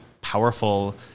powerful